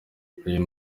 uyu